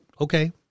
okay